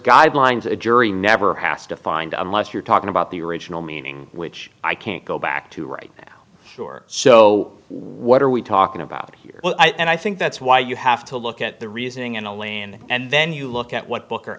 guidelines a jury never has to find unless you're talking about the original meaning which i can't go back to right now sure so what are we talking about here and i think that's why you have to look at the reasoning in elaine and then you look at what book